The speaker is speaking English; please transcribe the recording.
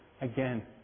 again